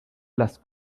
las